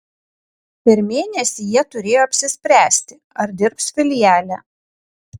per mėnesį jie turėjo apsispręsti ar dirbs filiale